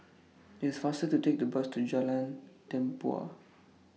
IT IS faster to Take The Bus to Jalan Tempua